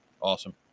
awesome